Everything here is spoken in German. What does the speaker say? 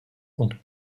und